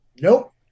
Nope